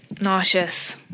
Nauseous